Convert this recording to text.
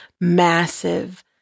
massive